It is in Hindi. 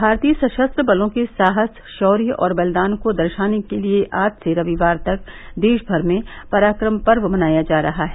भारतीय सशस्त्र बलों के साहस शौर्य और बलिदान को दर्शने के लिए आज से रविवार तक देश भर में पराक्रम पर्व मनाया जा रहा है